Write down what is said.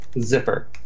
zipper